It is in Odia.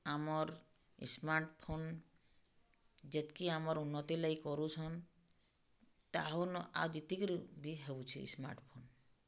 ଆମର୍ ସ୍ମାର୍ଟ୍ଫୋନ୍ ଯେତ୍କି ଆମର୍ ଉନ୍ନତି ଲାଗି କରୁଛନ୍ ତାହୁଉନୁ ଆଉ ଯେତି କରି ବି ହଉଛେ ସ୍ମାର୍ଟ୍ଫୋନ୍